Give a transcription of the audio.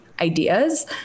ideas